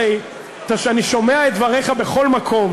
הרי אני שומע את דבריך בכל מקום,